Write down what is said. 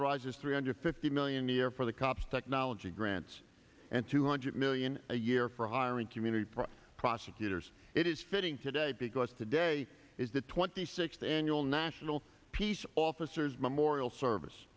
authorizes three hundred fifty million a year for the cops technology grants and two hundred million a year for hiring community prosecutors it is fitting today because today is the twenty sixth annual national peace officers memorial service